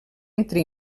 entre